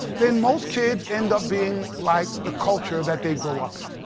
then most kids end up being like the culture that they grow up in.